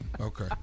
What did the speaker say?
Okay